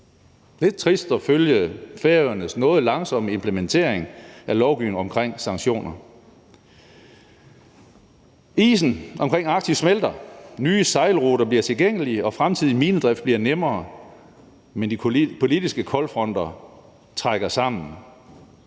lidt trist at følge Færøernes noget langsomme implementering af lovgivningen omkring sanktioner. Isen omkring Arktis smelter, nye sejlruter bliver tilgængelige, og fremtidig minedrift bliver nemmere. Men de politiske koldfronter trækker sammen.